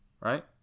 right